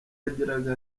yagiraga